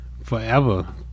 Forever